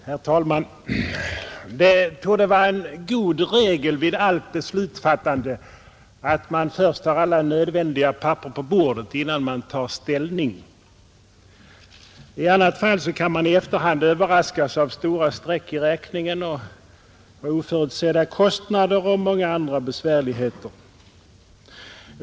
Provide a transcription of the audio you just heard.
Herr talman! Det torde vara en god regel vid allt beslutsfattande att man först har alla nödvändiga papper på bordet innan man tar ställning — i annat fall kan man i efterhand överraskas av stora streck i räkningen, oförutsedda kostnader och många andra besvärligheter.